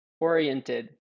oriented